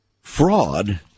Fraud